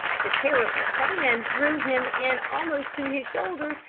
the terrible sand drew him in almost to his shoulders,